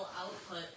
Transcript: output